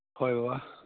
ꯍꯣꯏ ꯕꯕꯥ